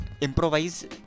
improvise